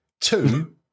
Two